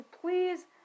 please